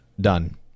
done